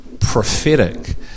prophetic